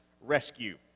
rescue